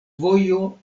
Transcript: vojo